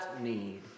need